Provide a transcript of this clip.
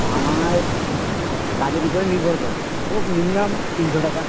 আমার কাজের উপরে নির্ভর করে তবু মিনিমাম তিনশো টাকা